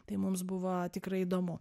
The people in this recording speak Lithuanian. tai mums buvo tikrai įdomu